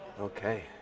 Okay